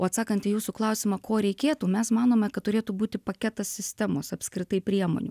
o atsakant į jūsų klausimą ko reikėtų mes manome kad turėtų būti paketas sistemos apskritai priemonių